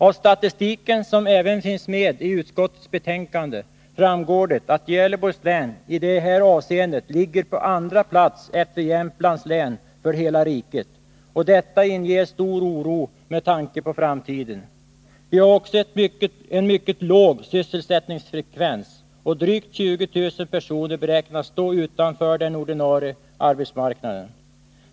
Av statistiken för hela riket, som även finns med i utskottets betänkande, framgår det att Gävleborgs län i det här avseendet ligger på andra plats efter Jämtlands län, och detta inger stor oro med tanke på framtiden. Vi har också en mycket låg sysselsättningsfrekvens, och drygt 20 000 personer beräknas stå utanför den ordinarie arbetsmarknaden.